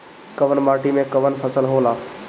कवन माटी में कवन फसल हो ला?